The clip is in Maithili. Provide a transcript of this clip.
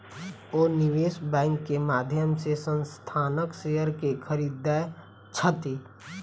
ओ निवेश बैंक के माध्यम से संस्थानक शेयर के खरीदै छथि